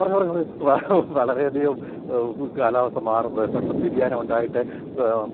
കുറേ കുറ വളരെയധികം കാലാവസ്ഥ മാറുന്നത് പെട്ടെന്ന് വ്യതിയാനം ഉണ്ടായിട്ട്